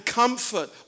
comfort